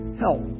help